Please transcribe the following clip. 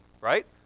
right